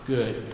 Good